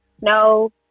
No